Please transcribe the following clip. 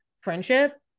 friendship